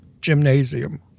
gymnasium